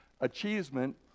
achievement